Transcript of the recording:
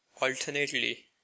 alternately